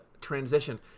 transition